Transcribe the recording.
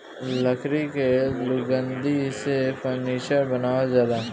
लकड़ी के लुगदी से फर्नीचर बनावल जाला